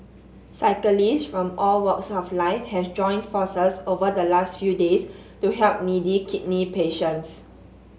cyclist from all walks of life have joined forces over the last few days to help needy kidney patients